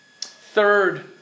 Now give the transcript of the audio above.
Third